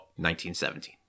1917